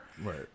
Right